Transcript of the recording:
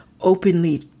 openly